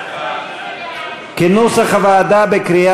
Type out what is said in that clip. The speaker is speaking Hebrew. לשנת התקציב